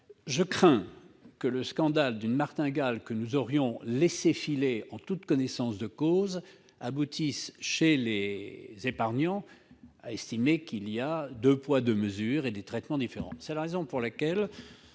Je crains que le scandale d'une martingale que nous aurions laissé filer en toute connaissance de cause ne provoque chez les épargnants le sentiment qu'il y a deux poids deux mesures et des traitements différents. C'est la raison pour laquelle,